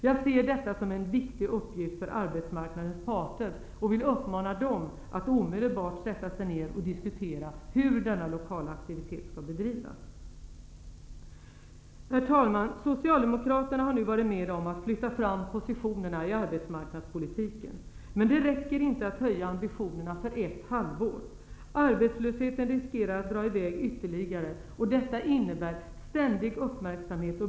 Jag ser detta som en viktig uppgift för arbetsmarknadens parter, och jag vill uppmana dem att omedelbart sätta sig ned och diskutera hur denna lokala aktivitet skall bedrivas. Herr talman! Socialdemokraterna har nu varit med om att flytta fram positionerna i arbetsmarknadspolitiken. Men det räcker inte att höja ambitionerna för ett halvår. Arbetslösheten riskerar att dra i väg ytterligare, och detta innebär ständig uppmärksamhet.